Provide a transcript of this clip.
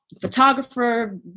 photographer